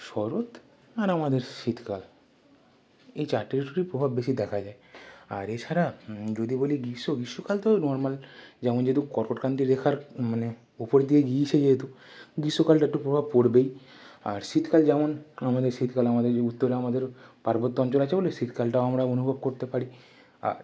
শরৎ আর আমাদের শীতকাল এই চারটে ঋতুরই প্রভাব বেশি দেখা যায় আর এছাড়া যদি বলি গ্রীষ্ম গ্রীষ্মকাল তো নরমাল যেমন যেহেতু কর্কটক্রান্তি রেখার মানে ওপর দিয়ে গিয়েছে যেহেতু গ্রীষ্মকালটা একটু প্রভাব পড়বেই আর শীতকাল যেমন আমাদের শীতকাল আমাদের যে উত্তরে আমাদের পার্বত্য অঞ্চল আছে বলে শীতকালটা আমরা অনুভব করতে পারি আর